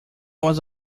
was